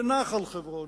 לנחל-חברון,